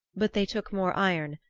but they took more iron,